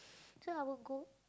so I will go